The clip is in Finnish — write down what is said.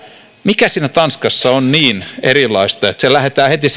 mikä siellä tanskassa on niin erilaista että siellä lähdetään heti